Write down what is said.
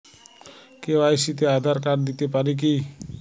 KYC তে Aadhaar card দিতে পারি কি?